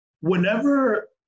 Whenever